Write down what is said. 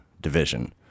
division